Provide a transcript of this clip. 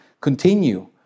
continue